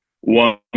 One